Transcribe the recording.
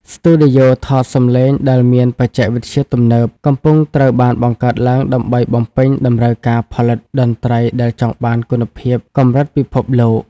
ស្ទូឌីយោថតសម្លេងដែលមានបច្ចេកវិទ្យាទំនើប កំពុងត្រូវបានបង្កើតឡើងដើម្បីបំពេញតម្រូវការផលិតតន្ត្រីដែលចង់បានគុណភាពកម្រិតពិភពលោក។